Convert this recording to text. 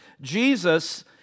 Jesus